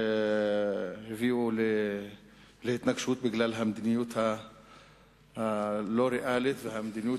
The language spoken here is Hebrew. הביאו להתנגשות בגלל המדיניות הלא-ריאלית והמדיניות